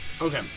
Okay